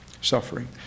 suffering